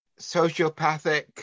sociopathic